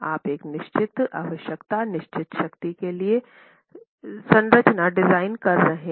आप एक निश्चित आवश्यकता निश्चित शक्ति के लिए संरचना डिजाइन कर रहे हैं